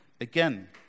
Again